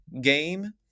game